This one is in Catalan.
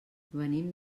venim